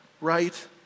right